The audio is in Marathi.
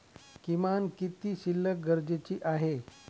किमान किती शिल्लक गरजेची आहे?